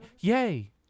yay